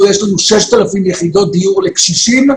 יש לנו 6,000 יחידות דיור לקשישים,